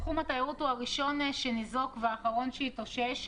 תחום התיירות הוא הראשון שניזוק והאחרון שיתאושש.